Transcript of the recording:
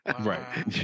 Right